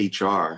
HR